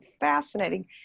fascinating